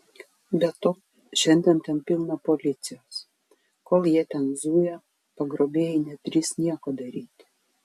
be to šiandien ten pilna policijos kol jie ten zuja pagrobėjai nedrįs nieko daryti